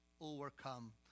Overcome